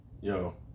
Yo